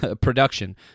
production